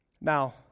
Now